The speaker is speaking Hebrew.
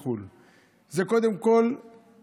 אז סימון תוצרת זה קודם כול שנדע,